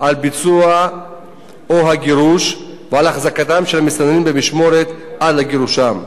על ביצוע צו הגירוש או על החזקתם של מסתננים במשמורת עד לגירושם.